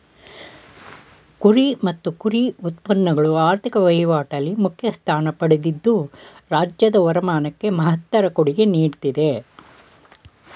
ಕುರಿ ಮತ್ತು ಕುರಿ ಉತ್ಪನ್ನಗಳು ಆರ್ಥಿಕ ವಹಿವಾಟಲ್ಲಿ ಮುಖ್ಯ ಸ್ಥಾನ ಪಡೆದಿದ್ದು ರಾಜ್ಯದ ವರಮಾನಕ್ಕೆ ಮಹತ್ತರ ಕೊಡುಗೆ ನೀಡ್ತಿದೆ